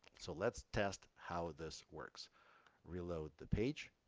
so let's test how this works reload the page